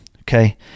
Okay